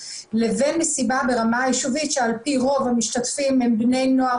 לבין מסיבה ברמה היישובית שעל פי רוב המשתתפים הם בני נוער